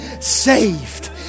saved